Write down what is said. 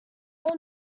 اون